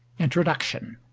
introduction